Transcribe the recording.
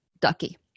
ducky